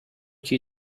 key